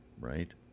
right